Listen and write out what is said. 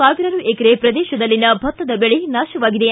ಸಾವಿರಾರು ಎಕರೆ ಪ್ರದೇಶದಲ್ಲಿನ ಭತ್ತದ ಬೆಳೆ ನಾಶವಾಗಿದೆ